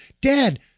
dad